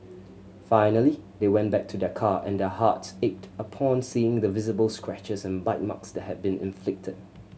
finally they went back to their car and their hearts ached upon seeing the visible scratches and bite marks that had been inflicted